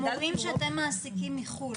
מורים שאתם מעסיקים מחו"ל,